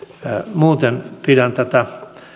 muuten pidän tätä